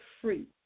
free